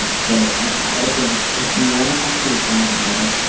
and so i think if you want to talk to your sons about it,